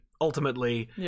Ultimately